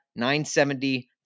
970